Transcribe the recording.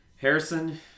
Harrison